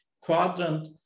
quadrant